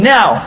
Now